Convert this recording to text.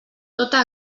tota